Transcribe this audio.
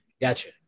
Gotcha